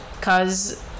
Cause